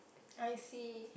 I see